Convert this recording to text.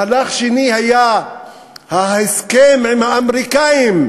מהלך שני היה ההסכם עם האמריקנים,